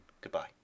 Goodbye